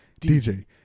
DJ